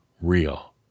real